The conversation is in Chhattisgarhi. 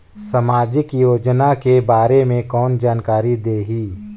समाजिक योजना के बारे मे कोन जानकारी देही?